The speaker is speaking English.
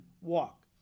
walk